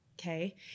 okay